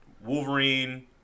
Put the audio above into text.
Wolverine